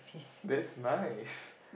that's nice